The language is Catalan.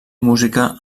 música